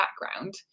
background